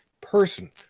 person